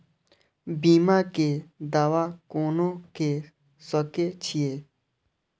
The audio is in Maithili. बीमा के दावा कोना के सके छिऐ?